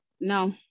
No